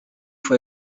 fue